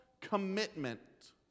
commitment